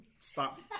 stop